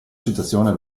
situazione